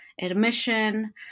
admission